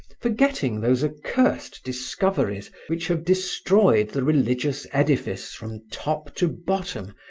forgetting those accursed discoveries which have destroyed the religious edifice, from top to bottom,